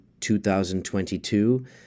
2022